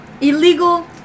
illegal